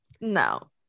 No